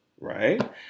Right